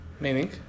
meaning